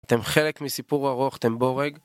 אתם חלק מסיפור ארוך, אתם בורג.